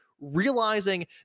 realizing